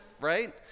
right